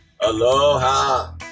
aloha